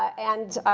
and